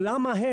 למה הם,